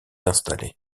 installée